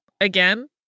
again